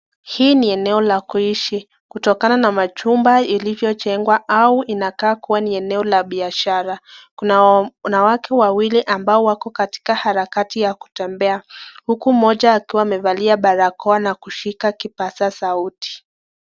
Hii ni eneo la kuishi, kutokana na machumba ilivyo jengwa au inakaa kuwa ni eneo la biashara . Kuna wanawake wawili ambao wako katika harakati ya kutembea. Huku mmoja akiwa amevalia barakoa na kushika kipasa sauti.